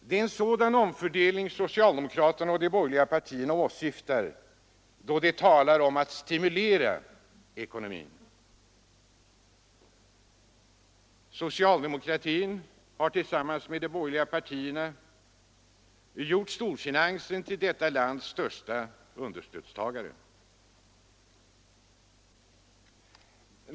Det är en sådan omfördelning socialdemokraterna och de borgerliga partierna åsyftar då de talar om att stimulera ekonomin. Socialdemokratin har tillsammans med de borgerliga partierna gjort storfinansen till detta lands största understödstagare.